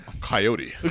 Coyote